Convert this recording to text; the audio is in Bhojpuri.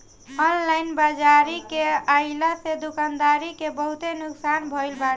ऑनलाइन बाजारी के आइला से दुकानदारी के बहुते नुकसान भईल बाटे